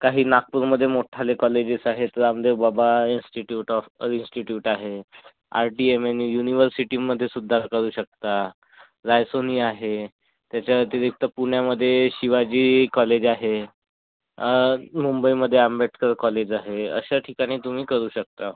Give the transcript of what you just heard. काही नागपूरमध्ये मोठ्ठाले कॉलेजेस आहेत Ramdev Baba institute of institute आहे R T M N A युनिवर्सिटीमध्येसुद्धा करू शकता रायसोनी आहे त्याच्या व्यतिरिक्त पुण्यामध्ये शिवाजी कॉलेज आहे मुंबईमध्ये आंबेडकर कॉलेज आहे अशा ठिकाणी तुम्ही करू शकता